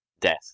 Death